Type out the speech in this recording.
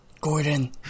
Gordon